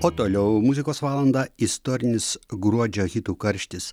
o toliau muzikos valandą istorinis gruodžio hitų karštis